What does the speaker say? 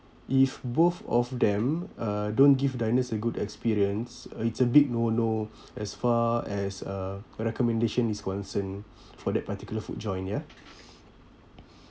if both of them uh don't give diners a good experience it's a big no no as far as uh recommendation is concern for that particular food joint ya